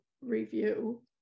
review